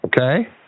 Okay